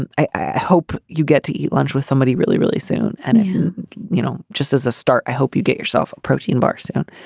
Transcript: and i i hope you get to eat lunch with somebody really really soon. and you know just as a start i hope you get yourself a protein bar soon.